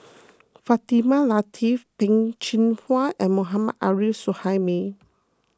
Fatimah Lateef Peh Chin Hua and Mohammad Arif Suhaimi